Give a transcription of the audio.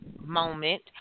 moment